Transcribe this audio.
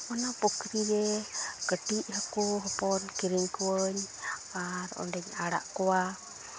ᱚᱱᱟ ᱯᱩᱠᱷᱨᱤ ᱨᱮ ᱠᱟᱹᱴᱤᱡ ᱦᱟᱹᱠᱩ ᱦᱚᱯᱚᱱ ᱠᱤᱨᱤᱧ ᱠᱚᱣᱟᱧ ᱟᱨ ᱚᱸᱰᱮᱧ ᱟᱲᱟᱜ ᱠᱚᱣᱟ